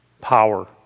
Power